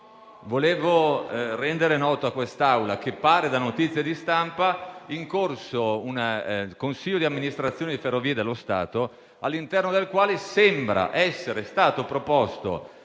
vorrei rendere noto all'Assemblea che, da notizie di stampa, pare sia in corso un consiglio di amministrazione di Ferrovie dello Stato, all'interno del quale sembra essere stato proposto,